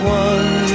one